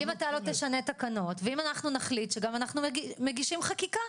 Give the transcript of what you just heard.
אם אתה לא תשנה תקנות ואם אנחנו נחליט שגם אנחנו מגישים חקיקה,